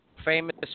famous